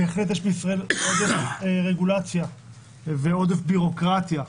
בהחלט יש בישראל עודף רגולציה ועודף ביורוקרטיה,